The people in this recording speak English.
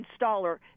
installer